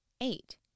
Eight